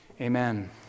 amen